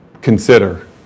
Consider